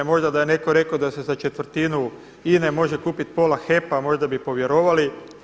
Možda da je netko rekao da se za četvrtinu INA-e može kupiti pola HEP-a možda bi povjerovali.